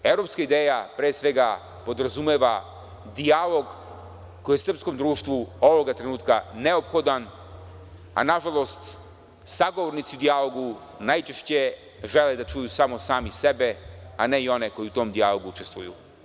Evropska ideja, pre svega, podrazumeva dijalog koji je srpskom društvu ovoga trenutka neophodan, a nažalost sagovornici u dijalogu najčešće žele da čuju samo sami sebe, a ne i one koji u tom dijalogu učestvuju.